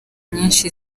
nyinshi